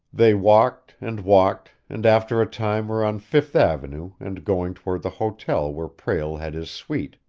they walked and walked, and after a time were on fifth avenue and going toward the hotel where prale had his suite.